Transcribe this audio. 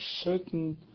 certain